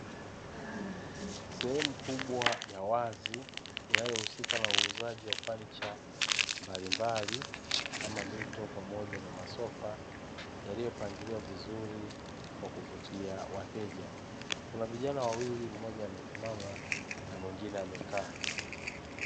Sehemu kubwa ya wazi inayohusika na uuzaji wa fanicha mbalimbali kama mito pamoja na masofa yaliyopangiliwa vizuri kwa kuvutia wateja. Kuna vijana wawili, mmoja amesimama na mwingine amekaa.